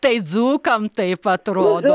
tai dzūkam taip atrodo